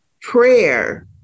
prayer